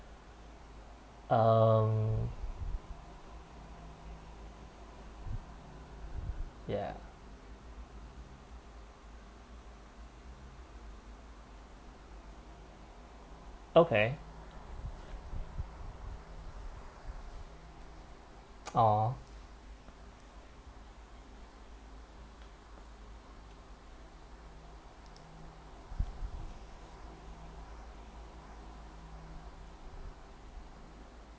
um ya okay !aww!